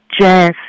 jazz